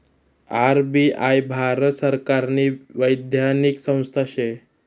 RBI Bharat सरकारनी वैधानिक संस्था शे